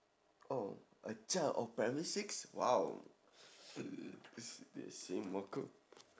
oh a child oh primary six !wow!